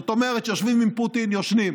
זאת אומרת, כשיושבים עם פוטין, ישנים,